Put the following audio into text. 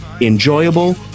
enjoyable